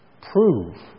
prove